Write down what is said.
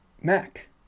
Mac